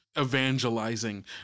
evangelizing